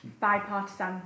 bipartisan